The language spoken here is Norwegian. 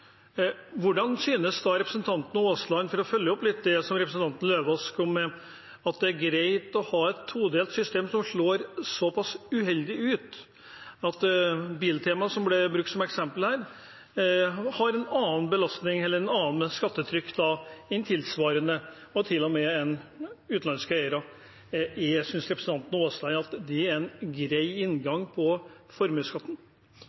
For å følge opp det som representanten Eidem Løvaas kom med: Hvordan synes representanten Aasland at det er å ha et todelt system som slår såpass uheldig ut? Biltema, som ble brukt som eksempel, har da et annet skattetrykk enn tilsvarende og til og med utenlandske eiere. Synes representanten Aasland at det er en grei